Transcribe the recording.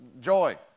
Joy